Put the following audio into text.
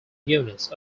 units